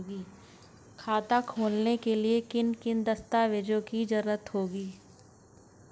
खाता खोलने के लिए किन किन दस्तावेजों की जरूरत होगी?